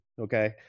okay